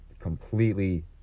completely